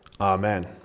Amen